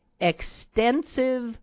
extensive